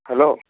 hello